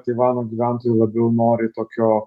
taivano gyventojų labiau norai tokio